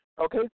Okay